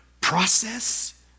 process